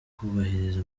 ukubahiriza